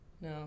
No